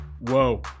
Whoa